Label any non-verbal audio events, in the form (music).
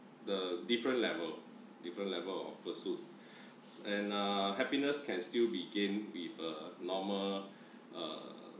the different level different level of pursuit (breath) and uh happiness can still begin with a normal uh